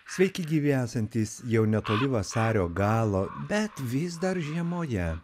sveiki gyvi esantys jau netoli vasario galo bet vis dar žiemoje